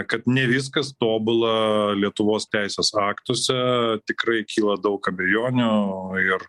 kad ne viskas tobula lietuvos teisės aktuose tikrai kyla daug abejonių ir